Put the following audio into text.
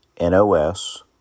NOS